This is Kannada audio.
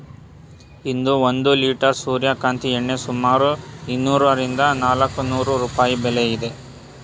ಇಂದು ಒಂದು ಲಿಟರ್ ಸೂರ್ಯಕಾಂತಿ ಎಣ್ಣೆ ಸುಮಾರು ಇನ್ನೂರರಿಂದ ನಾಲ್ಕುನೂರು ರೂಪಾಯಿ ಬೆಲೆ ಇದೆ